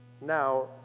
Now